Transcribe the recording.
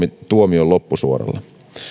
tuomion loppusuoralla